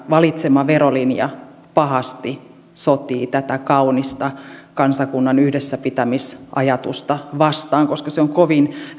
valitsema verolinja pahasti sotii tätä kaunista kansakunnan yhdessäpitämisajatusta vastaan koska se on kovin